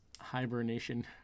Hibernation